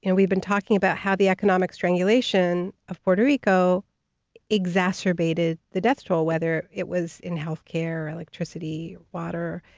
and we've been talking about how the economic strangulation of puerto rico exacerbated the death toll whether it was in healthcare or electricity, water,